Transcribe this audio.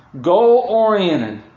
goal-oriented